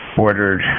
ordered